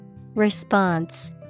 Response